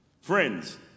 Friends